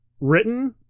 Written